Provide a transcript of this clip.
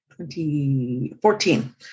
2014